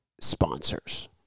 sponsors